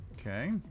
Okay